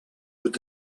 with